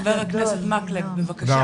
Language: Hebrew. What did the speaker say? חבר הכנסת מקלב, בבקשה.